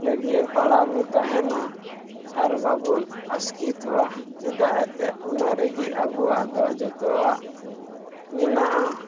ᱞᱟᱹᱜᱽᱭᱟᱹᱣ ᱯᱟᱲᱟᱣ ᱵᱚᱱ ᱛᱟᱦᱮᱱᱟ ᱟᱨ ᱵᱟᱵᱚᱱ ᱟᱥᱠᱮᱛᱚᱜᱼᱟ ᱪᱮᱫᱟᱜ ᱮᱱᱛᱮᱫ ᱚᱱᱟ ᱨᱮᱜᱮ ᱟᱵᱚᱣᱟᱜ ᱫᱚ ᱡᱚᱛᱚᱣᱟᱜ ᱢᱮᱱᱟᱜᱼᱟ